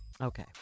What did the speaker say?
okay